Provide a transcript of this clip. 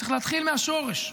צריך להתחיל מהשורש.